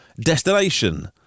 destination